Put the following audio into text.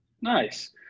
nice